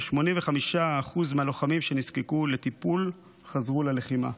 ש-85% מהלוחמים שנזקקו לטיפול חזרו ללחימה.